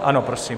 Ano, prosím.